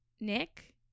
Nick